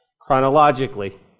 Chronologically